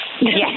Yes